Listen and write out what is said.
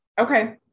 Okay